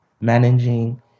managing